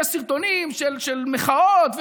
יש סרטונים של מחאות,